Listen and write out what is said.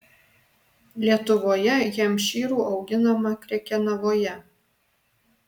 lietuvoje hempšyrų auginama krekenavoje